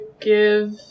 give